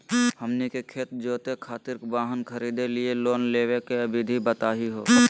हमनी के खेत जोते खातीर वाहन खरीदे लिये लोन लेवे के विधि बताही हो?